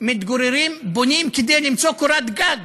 בונים כדי למצוא קורת גג.